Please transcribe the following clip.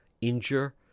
injure